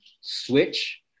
switch